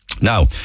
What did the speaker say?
Now